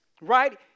right